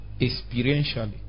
Experientially